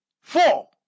Four